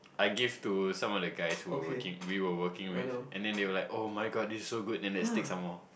I give to some of the guys who were working we were working with and they where like oh my good this so good then they take some more